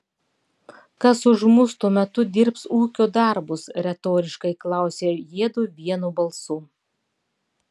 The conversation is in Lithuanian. kas už mus tuo metu dirbs ūkio darbus retoriškai klausia jiedu vienu balsu